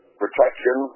protection